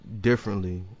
differently